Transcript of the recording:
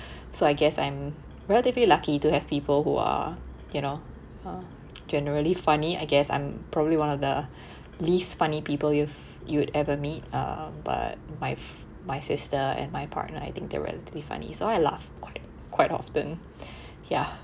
so I guess I'm relatively lucky to have people who are you know uh generally funny I guess I'm probably one of the least funny people you've you'd ever meet uh but my f~ my sister and my partner I think they're relatively funny so I laughed quite quite often ya